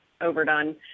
overdone